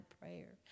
prayer